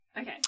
Okay